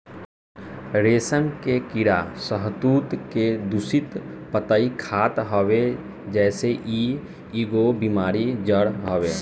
रेशम के कीड़ा शहतूत के दूषित पतइ खात हवे जेसे इ कईगो बेमारी के जड़ हवे